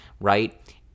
right